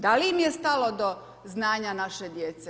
Da li im je znalo do znanja naše djece.